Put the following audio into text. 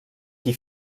qui